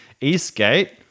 Eastgate